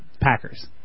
Packers